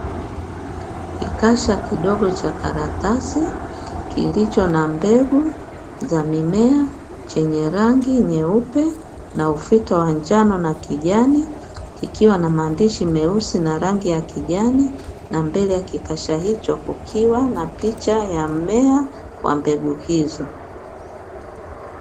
Kikasha kidogo cha karatasi kilicho na mbegu za mimea chenye rangi nyeupe na ufuta wa njano na kijani, kikiwa na maandishi meusi na rangi ya kijani, na mbele ya kikasha hicho kukiwa na picha ya mmea wa mbegu hizo.